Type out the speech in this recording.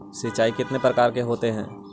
सिंचाई कितने प्रकार के होते हैं?